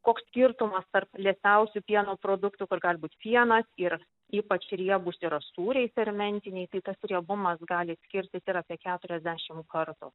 koks skirtumas tarp liesiausių pieno produktų kur gali būt pienas ir ypač riebūs yra sūriai fermentiniai tai tas riebumas gali skirtis ir apie keturiasdešimt kartų